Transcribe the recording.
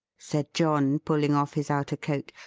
said john, pulling off his outer coat.